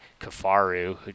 Kafaru